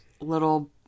little